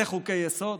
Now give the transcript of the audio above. זה חוקי-יסוד?